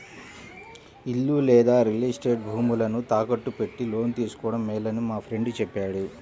ఇల్లు లేదా real estate భూములను తాకట్టు పెట్టి లోను తీసుకోడం మేలని మా ఫ్రెండు చెప్పాడు